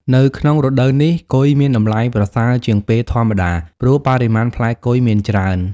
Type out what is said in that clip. នៅក្នុងរដូវកាលនេះ គុយមានតម្លៃប្រសើរជាងពេលធម្មតា ព្រោះបរិមាណផ្លែគុយ មានច្រើន ។